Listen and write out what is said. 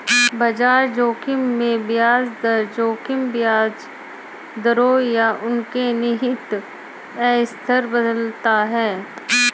बाजार जोखिम में ब्याज दर जोखिम ब्याज दरों या उनके निहित अस्थिरता बदलता है